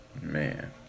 Man